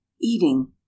Eating